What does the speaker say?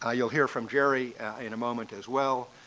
ah you'll hear from jerry in a moment as well.